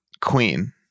Queen